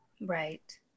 Right